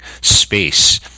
space